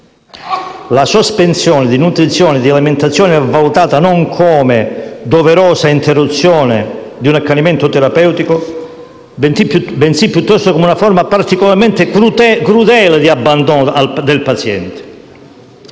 La sospensione di nutrizione e di alimentazione è valutata non come doverosa interruzione di un accanimento terapeutico, bensì piuttosto come una forma particolarmente crudele di abbandono del paziente.